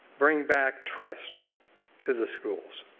bring back trusts to the schools.